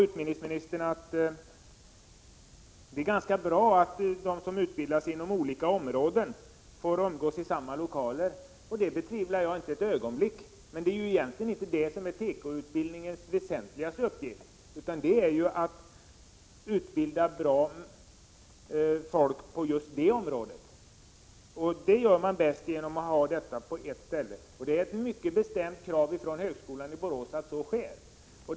Utbildningsministern säger sedan att det är ganska bra att de som utbildas inom olika områden får umgås i samma lokaler. Det betvivlar jag inte ett ögonblick. Men det är egentligen inte det som är tekoutbildningens väsentligaste uppgift. Det är i stället att utbilda folk på just tekoområdet. Det gör man bäst genom att ha utbildningen på ett ställe. Det är ett mycket bestämt krav från högskolan i Borås att så sker.